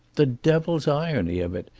the devil's irony of it!